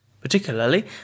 particularly